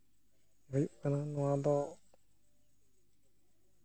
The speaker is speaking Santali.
ᱦᱩᱭᱩᱜ ᱠᱟᱱᱟ ᱱᱚᱣᱟ ᱫᱚ